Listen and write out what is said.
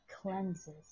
cleanses